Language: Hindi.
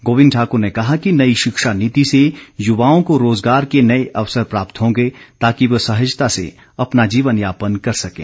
गोविंद ठाक्र ने कहा कि नई शिक्षा नीति से युवाओं को रोजगार के नए अवसर प्राप्त होंगे ताकि वे सहजता से अपना जीवन यापन कर सकें